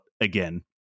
again